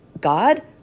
God